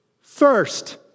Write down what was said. first